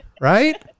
right